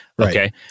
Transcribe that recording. Okay